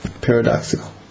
paradoxical